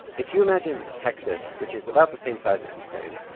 if you imagine texas, which is about the same size as ukraine,